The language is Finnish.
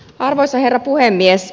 arvoisa herra puhemies